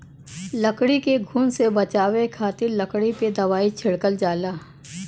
लकड़ी के घुन से बचावे खातिर लकड़ी पे दवाई छिड़कल जाला